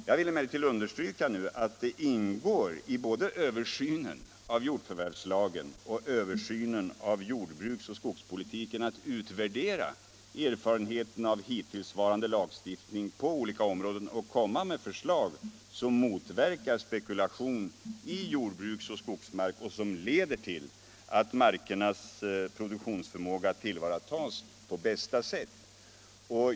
Jag vill emellertid understryka att det ingår i både översynen av jordförvärvslagen och översynen av jordbruksoch skogspolitiken att utvärdera erfarenheten av hittillsvarande lagstiftning på olika områden och komma med förslag som motverkar spekulation i jordbruksoch skogsmark och leder till att markernas produktionsförmåga tillvaratas på bästa sätt.